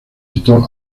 citó